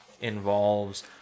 involves